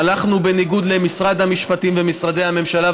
הלכנו בניגוד למשרד המשפטים ומשרדי הממשלה,